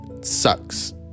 sucks